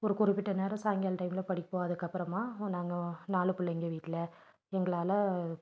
ஒரு குறிப்பிட்ட நேரம் சாயங்கால டைமில் படிப்போம் அதுக்கப்புறமா நாங்கள் நாலு பிள்ளைங்கள் வீட்டில் எங்களால்